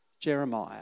Jeremiah